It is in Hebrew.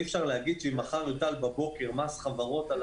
אי-אפשר להגיד שאם מחר יוטל בבוקר מס חברות על